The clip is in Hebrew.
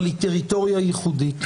אבל היא טריטוריה ייחודית.